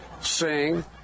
sing